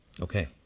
Okay